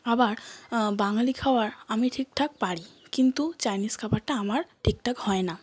আবার বাঙালি খাবার আমি ঠিক ঠাক পারি কিন্তু চাইনিজ খাবারটা আমার ঠিক ঠাক হয় না